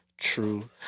True